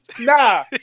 Nah